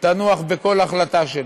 תנוח בכל החלטה שלו: